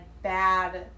bad